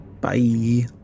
Bye